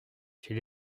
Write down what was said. chez